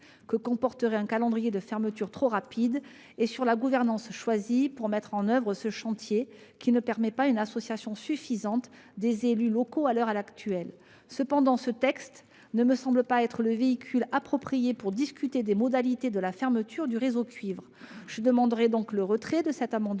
que comporterait un calendrier de fermeture trop rapide et sur la gouvernance choisie pour mettre en oeuvre ce chantier, qui ne permet pas à l'heure actuelle une association suffisante des élus locaux. Cependant, ce texte ne me semble pas être le véhicule approprié pour discuter des modalités de la fermeture du réseau cuivre. Je demande donc le retrait de cet amendement,